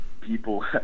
people